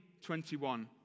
21